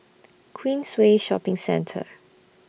Queensway Shopping Centre